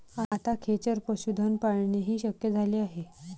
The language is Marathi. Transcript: आता खेचर पशुधन पाळणेही शक्य झाले आहे